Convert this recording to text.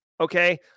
Okay